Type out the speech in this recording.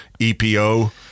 EPO